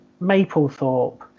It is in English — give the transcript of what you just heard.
maplethorpe